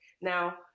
Now